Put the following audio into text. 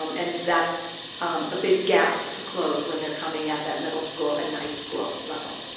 um and that's a big gap to close when they're coming at that middle school and high school level.